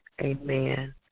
Amen